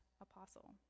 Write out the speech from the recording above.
apostle